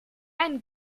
ein